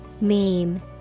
Meme